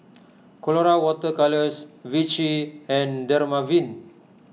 Colora Water Colours Vichy and Dermaveen